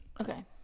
Okay